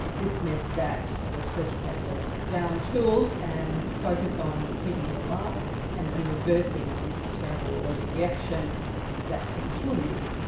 this meant that the surgeon had to down tools and focus on keeping me alive and and reversing this terrible allergic reaction that can kill you.